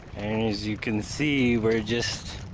as you can see we're just